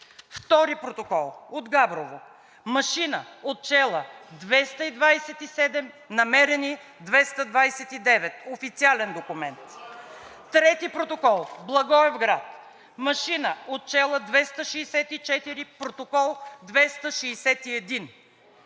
Втори протокол – от Габрово, машина отчела 227, намерени 229. Официален документ. Трети протокол – Благоевград. Машина отчела 264, протокол 261.